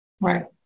right